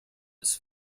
his